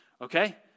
okay